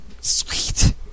Sweet